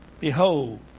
Behold